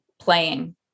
playing